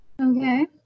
Okay